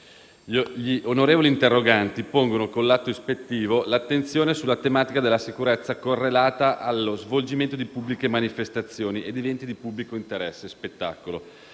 gli onorevoli interroganti pongono con l'atto ispettivo l'attenzione sulla tematica della sicurezza correlata alla svolgimento di pubbliche manifestazioni ed eventi di pubblico spettacolo